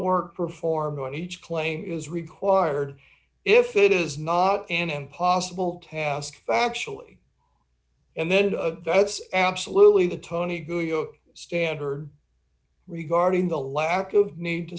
work performed when each claim is required if it is not an impossible task factually and then that's absolutely the tony good standard regarding the lack of need to